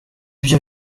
ibyo